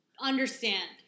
understand